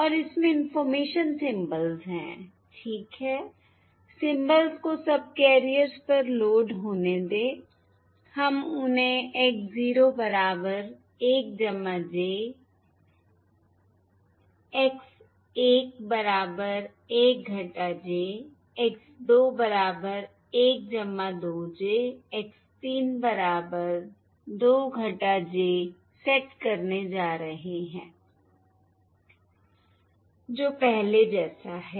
और इसमें information symbols हैं ठीक है सिंबल्स को सबकैरियर्स पर लोड होने दें हम उन्हें X 0 बराबर 1 j X 1 बराबर 1 j X 2 बराबर 1 2 j X 3 बराबर 2 j सेट करने जा रहे हैं जो पहले जैसा है